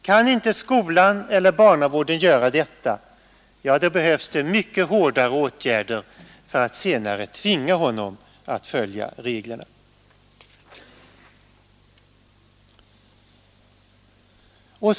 Kan inte skolan eller barnavården göra detta, ja då behövs det mycket hårdare åtgärder för att senare tvinga honom att följa reglerna.